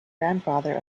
grandfather